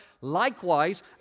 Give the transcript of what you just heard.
Likewise